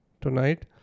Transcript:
tonight